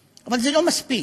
אבל זה לא מספיק.